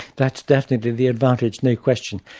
that's definitely the advantage, no question.